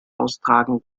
austragen